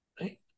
right